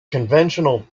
conventional